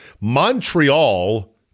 Montreal